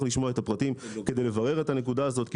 לשמוע את הפרטים כדי לברר את הנקודה הזאת,